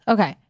Okay